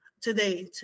Today